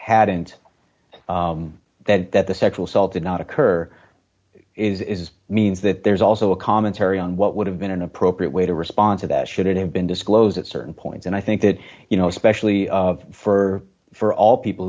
hadn't that that the sexual assault did not occur is means that there's also a commentary on what would have been an appropriate way to respond to that should it have been disclosed at certain points and i think that you know especially for for all people